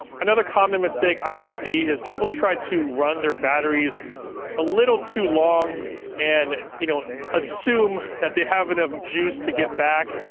another common mistake i will see is people try to run their batteries a little too long and you know assume that they have enough juice to get back,